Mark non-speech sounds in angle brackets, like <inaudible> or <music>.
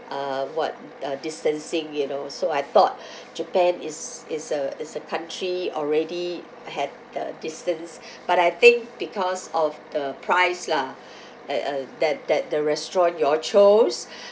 uh what uh distancing you know so I thought <breath> japan is is a is a country already had the distance <breath> but I think because of the price lah <breath> uh uh that that the restaurant you all chose <breath>